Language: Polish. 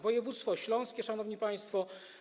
Województwo śląskie, szanowni państwo.